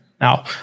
Now